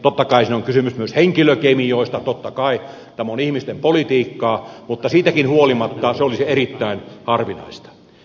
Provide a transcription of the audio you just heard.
totta kai siinä on kysymys myös henkilökemioista totta kai tämä on ihmisten politiikkaa mutta siitäkin huolimatta se olisi erittäin harvinaista